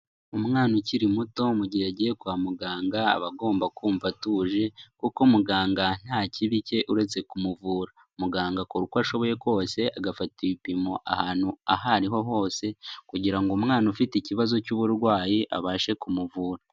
Umwana ukiri muto mu gihe agiye kwa muganga, aba agomba kumva atuje kuko muganga nta kibi cye uretse kumuvura, muganga akora uko ashoboye kose agafata ibipimo ahantu aho ariho hose kugira ngo umwana ufite ikibazo cy'uburwayi abashe kumuvura.